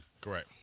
Correct